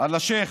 על השייח'